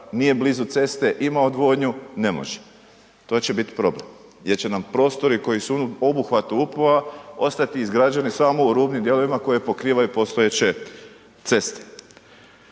nije blizu ceste, ima odvodnju, ne može. To će bit problem gdje će nam prostori koji su u obuhvatu upova ostati izgrađeni samo u rubnim dijelovima koje pokrivaju postojeće ceste.